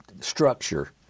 structure